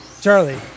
Charlie